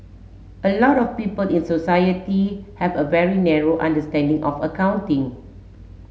a lot of people in society have a very narrow understanding of accounting